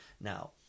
now